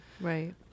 Right